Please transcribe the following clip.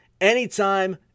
anytime